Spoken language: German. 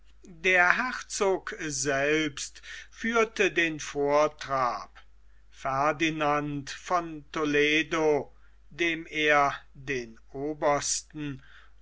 der herzog selbst führte den vortrab ferdinand von toledo dem er den obersten